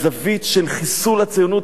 על הזווית של חיסול הציונות.